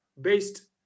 based